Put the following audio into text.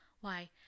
Why